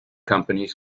companies